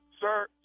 sir